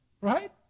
right